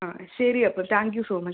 ആ ശരി അപ്പോൾ താങ്ക് യു സോ മച്ച്